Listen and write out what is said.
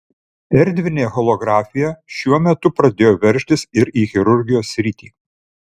erdvinė holografija šiuo metu pradėjo veržtis ir į chirurgijos sritį